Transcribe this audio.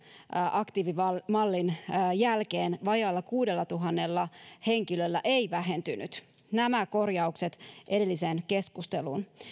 aktiivimallin jälkeen vajaalla kuudellatuhannella henkilöllä ei vähentynyt nämä korjaukset edelliseen keskusteluun